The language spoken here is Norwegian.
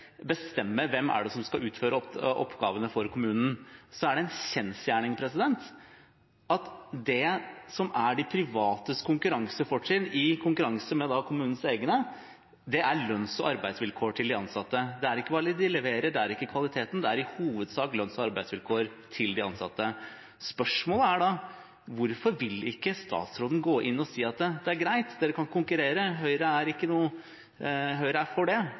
bestemme hvem som skal utføre oppgavene for kommunen, er det en kjensgjerning at det som er de privates fortrinn i konkurransen med kommunens egne, er lønns- og arbeidsvilkår for de ansatte. Det er ikke hva de leverer, det er ikke kvaliteten – det er i hovedsak lønns- og arbeidsvilkår for de ansatte. Spørsmålet er da: Hvorfor vil ikke statsråden si at det er greit, dere kan konkurrere, Høyre er for det, men vi skal i hvert fall garantere anstendige lønns- og arbeidsvilkår for de ansatte? Det